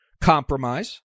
compromise